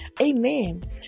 Amen